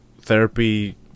therapy